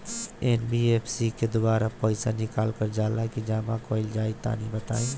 NBFC के द्वारा पईसा निकालल जला की जमा कइल जला तनि बताई?